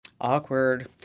Awkward